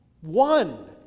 one